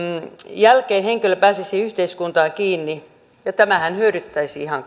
jälkeen henkilö pääsisi yhteiskuntaan kiinni ja tämähän hyödyttäisi ihan